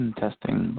testing